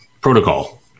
protocol